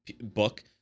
book